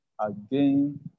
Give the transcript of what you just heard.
again